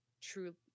true